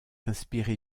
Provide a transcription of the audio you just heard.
inspiré